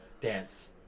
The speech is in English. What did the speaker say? Dance